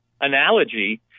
analogy